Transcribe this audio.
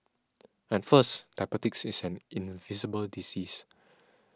at first diabetes is an invisible disease